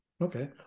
Okay